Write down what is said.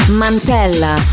mantella